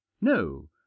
no